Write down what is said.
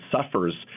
suffers